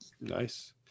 nice